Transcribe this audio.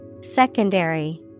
Secondary